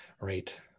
Right